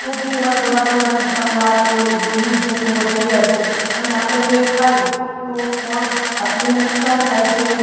તો બી એમાં થોડા ઘણાં કીટાણું આ તે જીવ જંતુઓ રહી ગયાં છે અને આપણે જો એ ખાઈએ તો પણ આપણને નુકસાન થાય છે એવું